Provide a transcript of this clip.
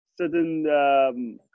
certain